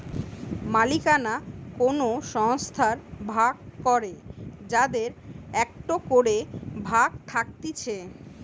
মালিকানা কোন সংস্থার ভাগ করে যাদের একটো করে ভাগ থাকতিছে